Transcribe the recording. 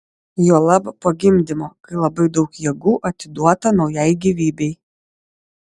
juolab po gimdymo kai labai daug jėgų atiduota naujai gyvybei